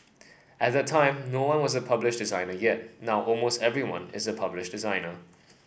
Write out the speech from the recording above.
at that time no one was a published designer yet now almost everyone is a published designer